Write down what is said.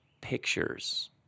pictures